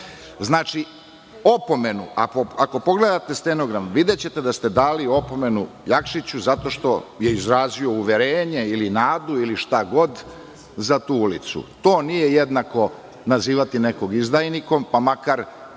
sad nervozni. Ako pogledate stenogram, videćete da ste dali opomenu Jakšiću zato što je izrazio uverenje ili nadu ili šta god za tu ulicu. To nije jednako nazivati nekog izdajnikom, pa makar